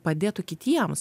padėtų kitiems